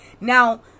now